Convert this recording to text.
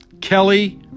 Kelly